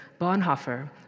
Bonhoeffer